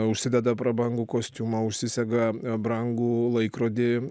užsideda prabangų kostiumą užsisega brangų laikrodį